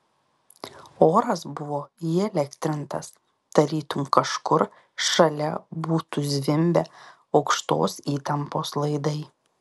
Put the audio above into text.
oras buvo įelektrintas tarytum kažkur šalia būtų zvimbę aukštos įtampos laidai